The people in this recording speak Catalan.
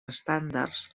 estàndards